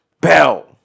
Bell